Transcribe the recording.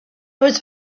was